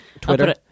Twitter